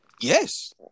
Yes